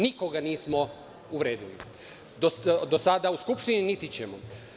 Nikoga nismo uvredili do sada u Skupštini, niti ćemo.